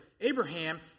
Abraham